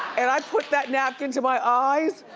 and i put that napkin to my eyes,